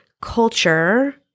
culture